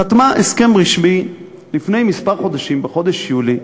חתמה הסכם רשמי לפני חודשים מספר, בחודש יולי,